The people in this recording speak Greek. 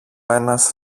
ένας